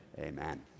amen